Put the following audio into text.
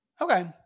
Okay